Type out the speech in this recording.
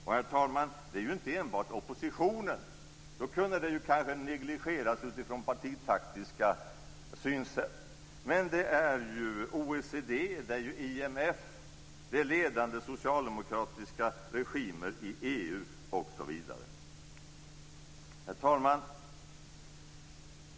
Och, herr talman, det är ju inte enbart oppositionen i Sverige som säger det - då kunde det kanske negligeras utifrån partitaktiska synsätt - utan det är även OECD, IMF och de ledande socialdemokratiska regimerna i EU osv. Herr talman!